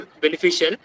beneficial